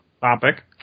topic